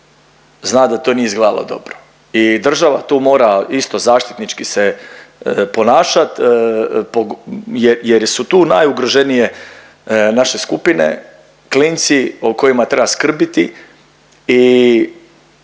zna da to nije izgledalo dobro. I država tu mora isto zaštitnički se ponašat jer su tu najugroženije naše skupine, klinci o kojima treba skrbiti i